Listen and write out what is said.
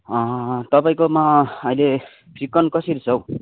तपाईँकोमा अहिले चिकन कसरी छ हौ